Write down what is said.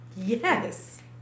Yes